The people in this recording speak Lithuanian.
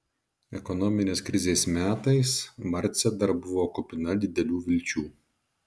ekonominės krizės metais marcė dar buvo kupina didelių vilčių